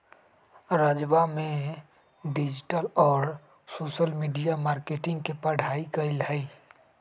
राजवा ने डिजिटल और सोशल मीडिया मार्केटिंग के पढ़ाई कईले है